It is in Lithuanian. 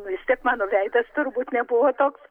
vis tiek mano veidas turbūt nebuvo toks